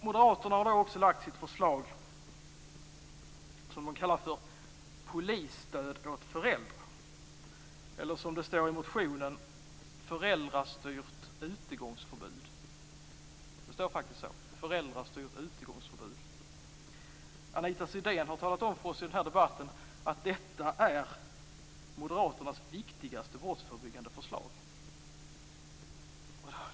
Moderaterna har också lagt fram sitt förslag, som de kallar för Polisstöd åt föräldrar, eller som det står i motionen: Föräldrastyrt utegångsförbud, det står faktiskt så. Anita Sidén har talat om för oss att detta är moderaternas viktigaste brottsförebyggande förslag.